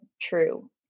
true